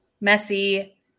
messy